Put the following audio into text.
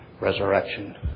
resurrection